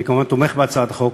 אני כמובן תומך בהצעת החוק,